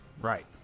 Right